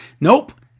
nope